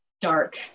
dark